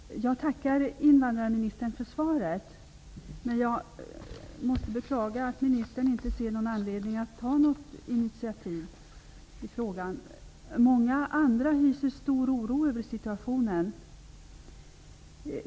Fru talman! Jag tackar invandrarministern för svaret, men jag måste beklaga att ministern inte ser någon anledning att ta något initiativ i frågan. Många andra hyser stor oro över situationen.